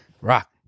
Rock